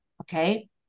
Okay